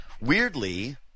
weirdly –